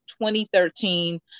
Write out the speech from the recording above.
2013